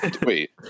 Wait